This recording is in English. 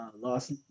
Lost